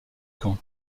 camp